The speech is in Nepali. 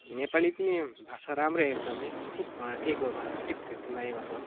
नेपाली पनि भाषा राम्रो एकदमै ठिक मलाई ठिक हो एकदम ठिक दामी भाषा हो